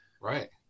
Right